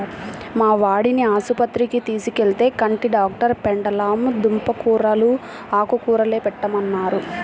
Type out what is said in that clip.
మా వాడిని ఆస్పత్రికి తీసుకెళ్తే, కంటి డాక్టరు పెండలం దుంప కూరలూ, ఆకుకూరలే పెట్టమన్నారు